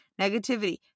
negativity